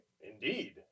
Indeed